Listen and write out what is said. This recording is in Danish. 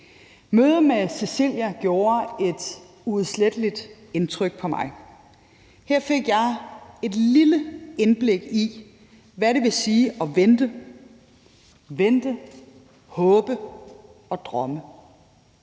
Mødet med Cecilia gjorde et uudsletteligt indtryk på mig. Her fik jeg et lille indblik i, hvad det vil sige at vente, håbe og drømme.